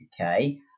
okay